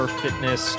fitness